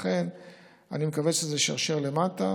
ולכן אני מקווה שזה ישתרשר למטה